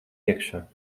iekšā